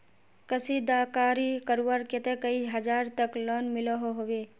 कशीदाकारी करवार केते कई हजार तक लोन मिलोहो होबे?